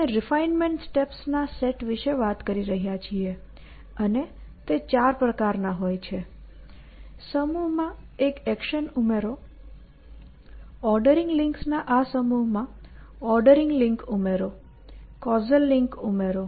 આપણે refinement steps ના set વિશે વાત કરી રહ્યા છીએ અને તે ચાર પ્રકારના હોય છે સમૂહમાં એક એક્શન ઉમેરો ઓર્ડરિંગ લિંક્સના આ સમૂહમાં ઓર્ડરિંગ લિંક ઉમેરો કૉઝલ લિંક ઉમેરો